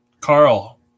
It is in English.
Carl